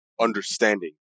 understanding